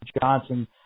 Johnson